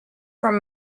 from